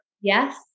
Yes